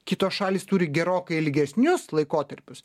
kitos šalys turi gerokai ilgesnius laikotarpius